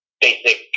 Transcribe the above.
Basic